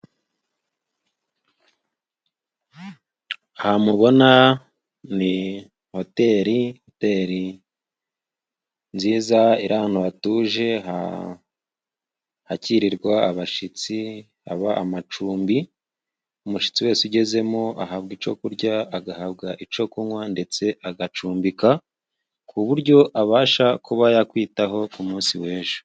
Aha mubona ni hotel, hotel nziza iri ahantu hatuje hakirirwa abashitsi, haba amacumbi, umushitsi wese ugezemo ahabwa ico kurya, agahabwa ico kunywa ndetse agacumbika, ku buryo abasha kuba yakwitaho ku munsi w'ejo.